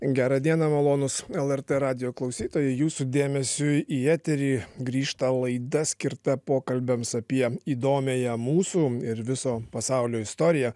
gerą dieną malonūs lrt radijo klausytojai jūsų dėmesiui į eterį grįžta laida skirta pokalbiams apie įdomiąją mūsų ir viso pasaulio istoriją